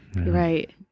Right